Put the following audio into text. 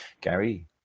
gary